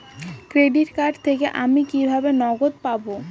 Credit card থেকে আমি কিভাবে নগদ পাব?